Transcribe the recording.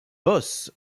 boss